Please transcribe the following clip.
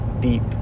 deep